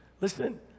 Listen